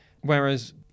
Whereas